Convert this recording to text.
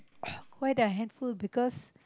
quite a handful because